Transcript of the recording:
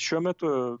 šiuo metu